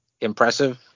impressive